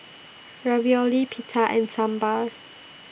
Ravioli Pita and Sambar